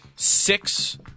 Six